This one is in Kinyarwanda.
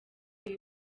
ibi